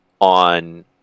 on